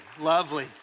lovely